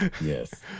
yes